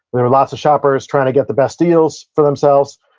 there were lots of shoppers trying to get the best deals for themselves.